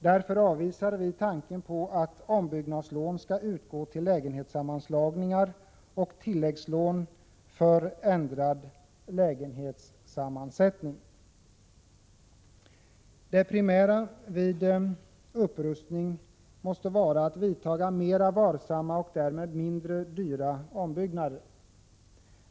Därför avvisar vi tanken på ombyggnadslån för lägenhetssammanslagningar och tilläggslån för ändrad lägenhetssammansättning. Det primära vid upprustning av bostäder måste vara att vidta mera varsamma och därmed billigare ombyggnader.